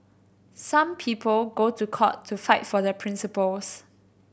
some people go to court to fight for their principles